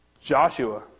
Joshua